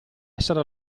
essere